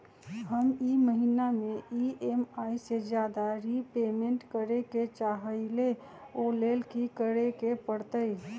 हम ई महिना में ई.एम.आई से ज्यादा रीपेमेंट करे के चाहईले ओ लेल की करे के परतई?